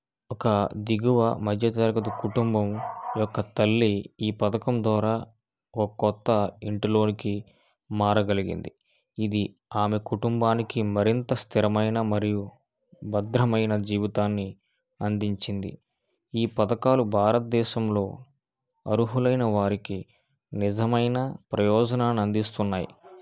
ఒక దిగువ మధ్యతరగతి కుటుంబం యొక్క తల్లి ఈ పథకం ద్వారా ఓ కొత్త ఇంటిలోనికి మారగలిగింది ఇది ఆమె కుటుంబానికి మరింత స్థిరమైన మరియు భద్రమైన జీవితాన్ని అందించింది ఈ పథకాలు భారతదేశంలో అర్హులైన వారికి నిజమైన ప్రయోజనాన్ని అందిస్తున్నాయి